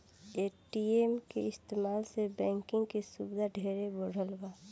ATM के इस्तमाल से बैंकिंग के सुविधा ढेरे बढ़ल बा